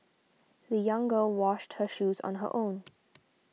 the young girl washed her shoes on her own